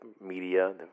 media